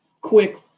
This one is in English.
quick